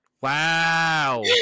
wow